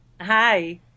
Hi